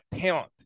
talent